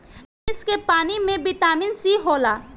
किशमिश के पानी में बिटामिन सी होला